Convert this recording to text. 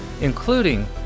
including